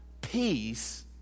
peace